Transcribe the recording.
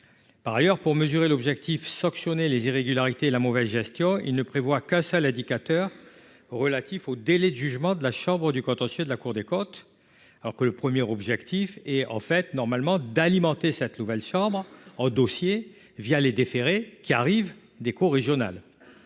Par ailleurs, pour mesurer l'objectif « Sanctionner les irrégularités et la mauvaise gestion », il ne prévoit qu'un seul indicateur, relatif aux délais de jugement de la chambre du contentieux de la Cour des comptes, alors que le premier objectif devrait être d'alimenter cette nouvelle chambre en dossiers, les déférés qui arrivent des cours régionales.